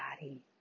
body